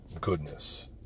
goodness